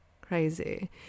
crazy